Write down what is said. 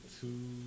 two